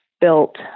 built